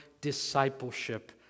discipleship